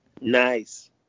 Nice